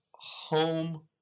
home